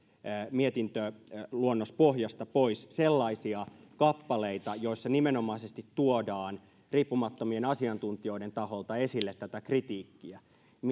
mietintöluonnospohjasta pois sellaisia kappaleita joissa nimenomaisesti tuodaan riippumattomien asiantuntijoiden taholta esille tätä kritiikkiä